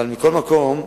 אבל מכל מקום,